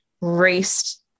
raced